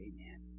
Amen